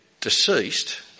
deceased